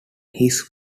his